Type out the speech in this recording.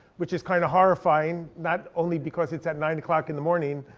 which is kind of horrifying, not only because it's at nine o'clock in the morning,